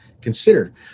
considered